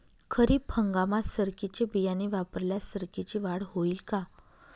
खरीप हंगामात सरकीचे बियाणे वापरल्यास सरकीची वाढ होईल का?